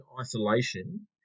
isolation